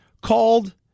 called